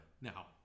now